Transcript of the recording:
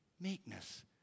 meekness